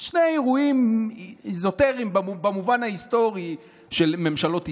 שני אירועים אזוטריים במובן ההיסטורי של ממשלות ישראל,